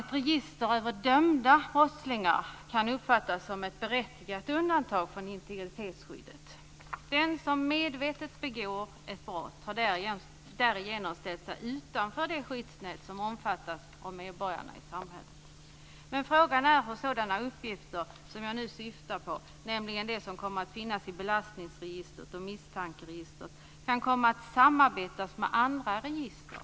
Ett register över dömda brottslingar kan uppfattas som ett berättigat undantag från integritetsskyddet. Den som medvetet begår ett brott har därigenom ställt sig utanför det skyddsnät som omfattar medborgarna i samhället. Frågan är hur sådana uppgifter som jag nu syftar på, nämligen det som kommer att finnas i belastningsregistret och misstankeregistret, kan komma att bli föremål för samarbete med andra register.